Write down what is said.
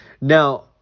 Now